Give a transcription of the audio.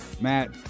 Matt